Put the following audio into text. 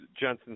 Jensen